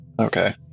Okay